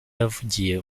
yavugiye